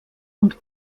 und